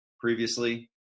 previously